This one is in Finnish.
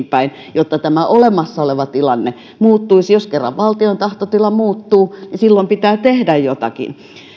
päin jotta tämä olemassa oleva tilanne muuttuisi jos kerran valtion tahtotila muuttuu niin silloin pitää tehdä jotakin